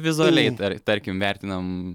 vizualiai tar tarkim vertinam